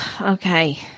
Okay